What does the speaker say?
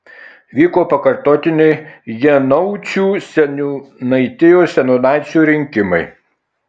vyko pakartotiniai janaučių seniūnaitijos seniūnaičio rinkimai